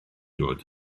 dod